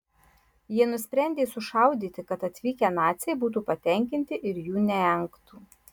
jie nusprendė sušaudyti kad atvykę naciai būtų patenkinti ir jų neengtų